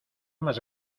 más